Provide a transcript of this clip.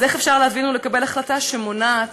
איך אפשר להבין ולקבל החלטה שמונעת